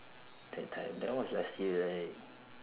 that time that one was last year right